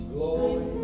Glory